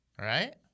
right